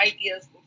ideas